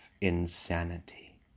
insanity